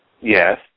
Yes